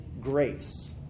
grace